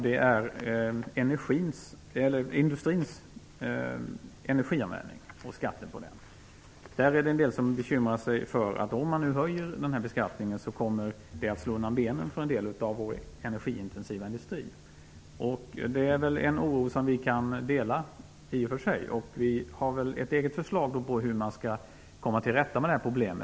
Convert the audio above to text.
Det är industrins energianvändning och skatten på den. Några bekymrar sig för att det kommer att slå undan benen för en del av vår energiintensiva industri om man höjer denna skatt. Det är en oro som vi i och för sig kan dela. Vi har ett eget förslag till hur man skall komma till rätta med detta problem.